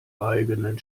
eigenen